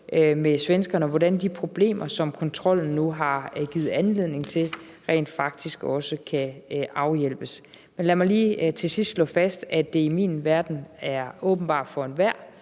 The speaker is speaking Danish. med svenskerne, hvordan de problemer, som kontrollen nu har givet anledning til, rent faktisk kan afhjælpes. Men lad mig lige til sidst slå fast, at det i min verden er åbenbart for enhver,